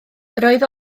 roedd